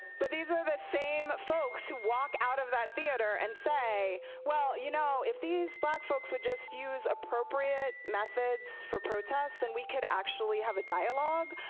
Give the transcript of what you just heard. but these are the same folks who walk out of that theater and say well you know if these black folks would just use appropriate methods of protest then we could actually have a dialogue,